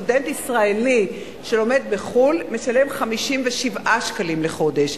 סטודנט ישראלי שלומד בחו"ל משלם 57 שקלים לחודש,